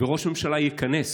שראש ממשלה יכנס